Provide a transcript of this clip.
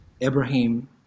Abraham